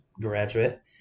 graduate